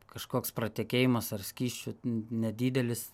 kažkoks pratekėjimas ar skysčių nedidelis